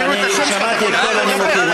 אני שמעתי את כל הנימוקים.